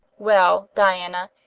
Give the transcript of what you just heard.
well, diana,